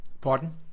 Pardon